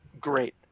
great